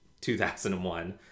2001